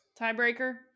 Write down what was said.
tiebreaker